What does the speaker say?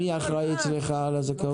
מי אחראי אצלך על הזכאות?